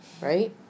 right